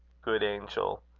good angel.